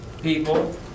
people